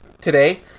today